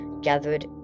gathered